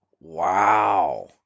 Wow